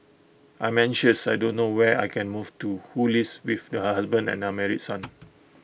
I'm anxious I don't know where I can move to who lives with her husband and unmarried son